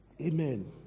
Amen